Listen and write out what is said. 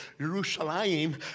Jerusalem